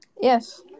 Yes